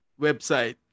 website